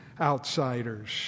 outsiders